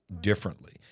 differently